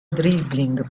dribbling